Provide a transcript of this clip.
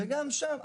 גם שם,